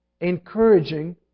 encouraging